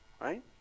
Right